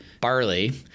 barley